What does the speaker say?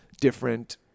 different